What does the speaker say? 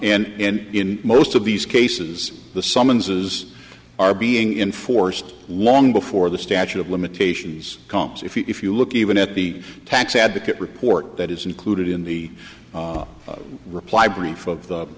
and in most of these cases the summonses are being inforced long before the statute of limitations comes if you look even at the tax advocate report that is included in the reply brief of the